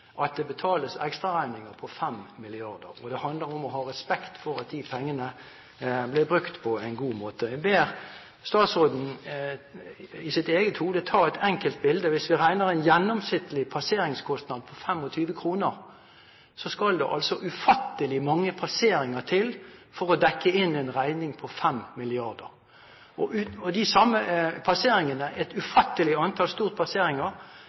at det betales ekstraregninger på 5 mrd. kr, og det handler om å ha respekt for at de pengene blir brukt på en god måte. Jeg ber om at statsråden i sitt eget hode lager seg et bilde: Hvis vi regner med en gjennomsnittlig passeringskostnad på 25 kr, så skal det altså ufattelig mange passeringer til for å dekke inn en regning på 5 mrd. kr. De samme passeringene – et ufattelig antall stort passeringer